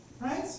Right